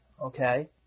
okay